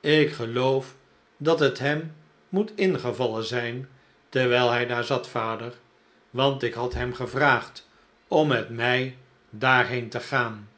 ik geloof dat het hem moet ingevallen zijn terwijl hij daar zat vader want ik had hem gevraagd om met mij daarheen te gaan